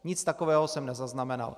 Nic takového jsem nezaznamenal.